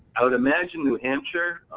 i would imagine new hampshire,